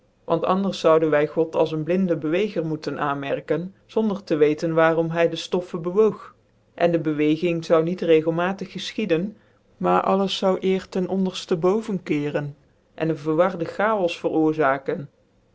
want anders zouden wy god als ecu blinde beweger moeten aanmerken zonder te weten waarom hy dc ftoffc bc woog cn dc beweging zoude niet regelmatig gefc h ieden maar alles zoude ccr ten onderften boven keeren cn ccn verwarde chaos veroorzaken